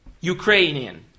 Ukrainian